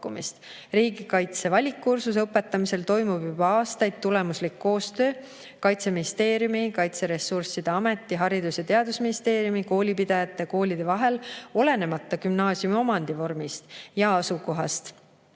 Riigikaitse valikkursuse õpetamisel toimub juba aastaid tulemuslik koostöö Kaitseministeeriumi, Kaitseressursside Ameti, Haridus- ja Teadusministeeriumi, koolipidajate ja koolide vahel, olenemata gümnaasiumi omandivormist ja asukohast.